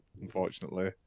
unfortunately